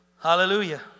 Hallelujah